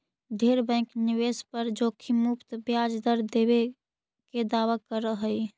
ढेर बैंक निवेश पर जोखिम मुक्त ब्याज दर देबे के दावा कर हई